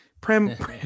Prem